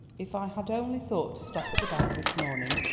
if i had only thought to stop at the bank this morning,